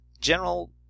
general